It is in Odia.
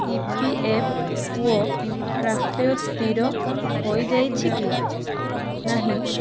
ଇ ପି ଏଫ୍ ଓ ପ୍ରାପ୍ୟ ସ୍ଥିର ହୋଇଯାଇଛି କି ନାହିଁ